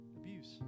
abuse